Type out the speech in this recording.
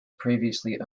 previously